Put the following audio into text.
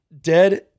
dead